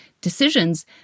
decisions